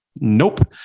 Nope